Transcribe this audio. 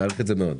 מעריך את זה מאוד.